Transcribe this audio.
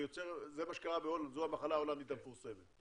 זה מה שקרה בהולנד, זו המחלה ההולנדית המפורסמת.